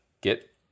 get